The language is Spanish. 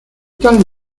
tal